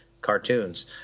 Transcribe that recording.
cartoons